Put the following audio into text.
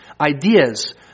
Ideas